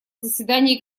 заседании